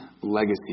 legacy